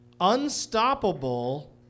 Unstoppable